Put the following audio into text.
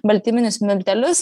baltyminius miltelius